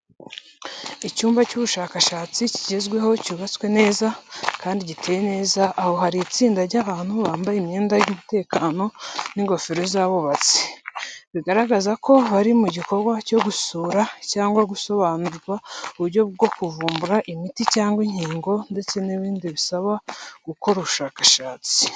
Icyumba cy'ubushakashatsi kigezweho cyubatswe neza, kandi giteye neza aho hari itsinda ry’abantu bambaye imyenda y’umutekano n’ingofero z’abubatsi, bigaragaza ko bari mu gikorwa cyo gusura cyangwa gusobanurirwa uburyo bwo kuvumbura imiti cyanga inkingo ndetse n'ibindi bisaba gukora ubushakashatsi.